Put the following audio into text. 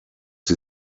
die